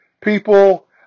people